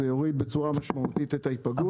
זה יוריד בצורה משמעותית את ההיפגעות.